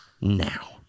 now